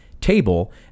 table